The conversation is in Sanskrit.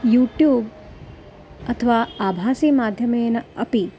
यूट्यूब् अथवा आभाषीमाध्यमेन अपि